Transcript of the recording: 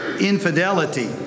infidelity